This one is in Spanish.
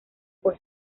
por